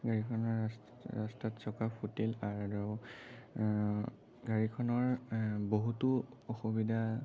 গাড়ীখনৰ ৰাস্তাত চকা ফুটিল আৰু গাড়ীখনৰ বহুতো অসুবিধা